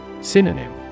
Synonym